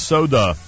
Soda